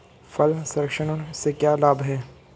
फल संरक्षण से क्या लाभ है?